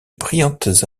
brillantes